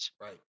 Right